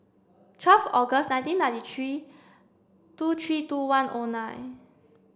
twelve August nineteen ninety three two three two one O nine